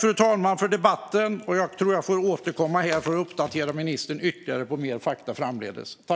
Jag tackar för debatten men tror att jag får återkomma framdeles och uppdatera ministern ytterligare med mer fakta.